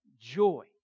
Joy